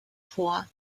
vor